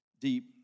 deep